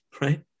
right